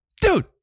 dude